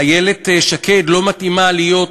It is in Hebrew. איילת שקד לא מתאימה להיות,